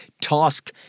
task